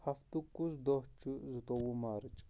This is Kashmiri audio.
ہفتُک کُس دۄہ چھُ زٕتووُہ مارٕچ